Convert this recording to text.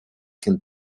can